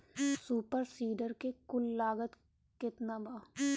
Super seeder के कुल लागत केतना बा?